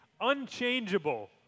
unchangeable